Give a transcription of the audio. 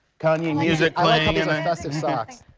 kanye music playin i mean and and so so